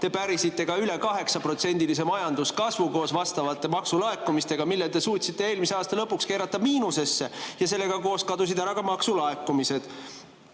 te pärisite ka üle 8%‑lise majanduskasvu koos vastavate maksulaekumistega, mille te suutsite eelmise aasta lõpuks keerata miinusesse. Sellega koos kadusid ära ka maksulaekumised.